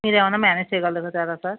మీరు ఏమైన మ్యానేజ్ చేయగలరా తర్వాత